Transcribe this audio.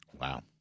Wow